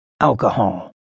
alcohol